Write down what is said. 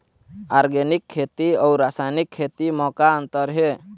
Organic खेती अउ रासायनिक खेती म का अंतर हे?